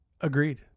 Agreed